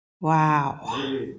Wow